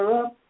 up